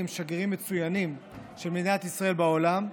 הם שגרירים מצוינים של מדינת ישראל בעולם.